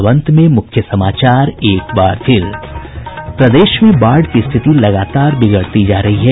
और अब अंत में मुख्य समाचार प्रदेश में बाढ़ की स्थिति लगातार बिगड़ती जा रही है